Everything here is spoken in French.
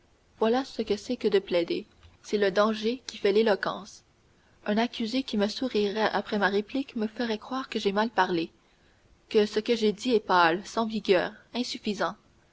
voilà ce que c'est que de plaider c'est le danger qui fait l'éloquence un accusé qui me sourirait après ma réplique me ferait croire que j'ai parlé mal que ce que j'ai dit est pâle sans vigueur insuffisant